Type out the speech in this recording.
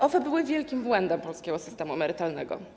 OFE były wielkim błędem polskiego systemu emerytalnego.